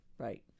Right